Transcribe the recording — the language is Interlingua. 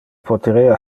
poterea